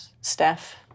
Steph